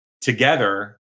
together